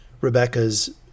rebecca's